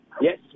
Yes